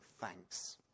thanks